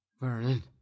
Vernon